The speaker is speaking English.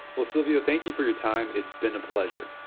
well, silvio, thank you for your time. it's been a pleasure